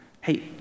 Hey